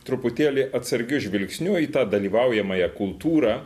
truputėlį atsargiu žvilgsniu į tą dalyvaujamąją kultūrą